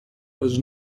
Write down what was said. was